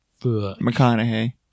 McConaughey